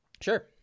Sure